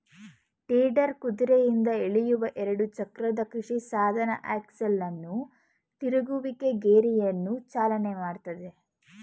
tedder ಕುದುರೆಯಿಂದ ಎಳೆಯುವ ಎರಡು ಚಕ್ರದ ಕೃಷಿಸಾಧನ ಆಕ್ಸೆಲ್ ಅನ್ನು ತಿರುಗುವಿಕೆ ಗೇರನ್ನು ಚಾಲನೆ ಮಾಡ್ತದೆ